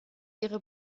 ihre